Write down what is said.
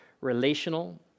relational